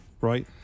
Right